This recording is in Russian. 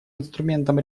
инструментом